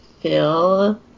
Phil